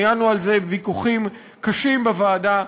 ניהלנו על זה ויכוחים קשים בוועדה,